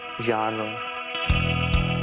genre